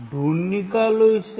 ढूंढ निकालो इसे